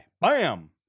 bam